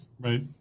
Right